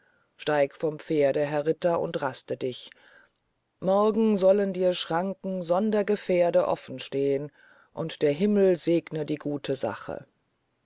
steig vom pferde herr ritter und raste dich morgen sollen dir schranken sonder gefährde offen stehn und der himmel segne die gute sache